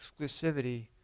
exclusivity